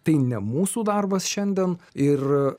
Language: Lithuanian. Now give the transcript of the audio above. tai ne mūsų darbas šiandien ir